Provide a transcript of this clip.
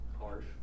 Harsh